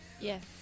Yes